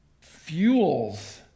fuels